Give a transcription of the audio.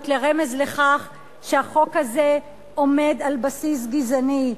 לרמז לכך שהחוק הזה עומד על בסיס גזעני.